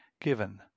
given